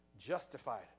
justified